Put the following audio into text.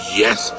yes